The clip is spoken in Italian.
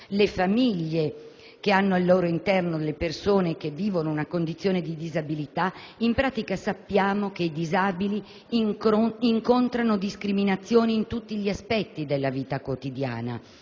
le famiglie che hanno al loro interno persone che vivono una condizione di disabilità - che i disabili incontrano discriminazioni in tutti gli aspetti della vita quotidiana